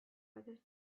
other